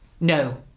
No